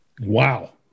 Wow